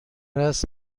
است